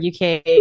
UK